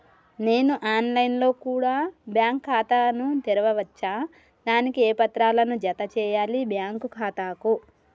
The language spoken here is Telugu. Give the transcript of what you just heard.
నేను ఆన్ లైన్ లో కూడా బ్యాంకు ఖాతా ను తెరవ వచ్చా? దానికి ఏ పత్రాలను జత చేయాలి బ్యాంకు ఖాతాకు?